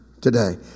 today